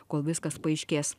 kol viskas paaiškės